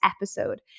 episode